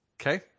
Okay